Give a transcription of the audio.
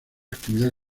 actividad